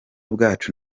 bwacu